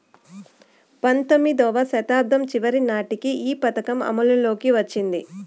పంతొమ్మిదివ శతాబ్దం చివరి నాటికి ఈ పథకం అమల్లోకి వచ్చింది